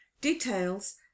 Details